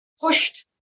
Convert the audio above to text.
pushed